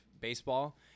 baseball